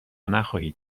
نخواهید